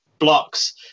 blocks